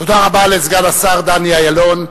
תודה רבה לסגן השר דני אילון.